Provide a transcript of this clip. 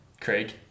Craig